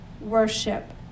Worship